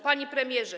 Panie Premierze!